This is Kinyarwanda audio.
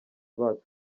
bacu